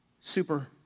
Super